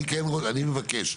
אני מבקש,